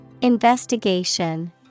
Investigation